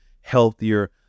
healthier